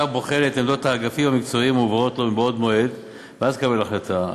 השר בוחן את עמדות האגפים המקצועיים מבעוד מועד ואז מקבל החלטה.